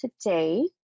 today